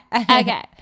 okay